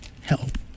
help